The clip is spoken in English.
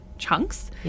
chunks